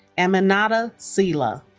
aminata sylla